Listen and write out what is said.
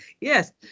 yes